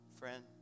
Friend